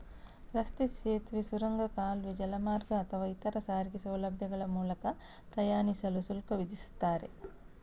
ರಸ್ತೆ, ಸೇತುವೆ, ಸುರಂಗ, ಕಾಲುವೆ, ಜಲಮಾರ್ಗ ಅಥವಾ ಇತರ ಸಾರಿಗೆ ಸೌಲಭ್ಯಗಳ ಮೂಲಕ ಪ್ರಯಾಣಿಸಲು ಶುಲ್ಕ ವಿಧಿಸ್ತಾರೆ